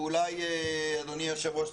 ואולי אדוני היושב ראש,